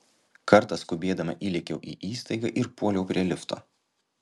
kartą skubėdama įlėkiau į įstaigą ir puoliau prie lifto